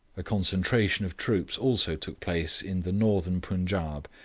a concentration of troops also took place in the northern punjaub,